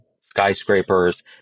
skyscrapers